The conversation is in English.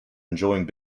enjoying